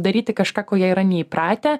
daryti kažką ko jie yra neįpratę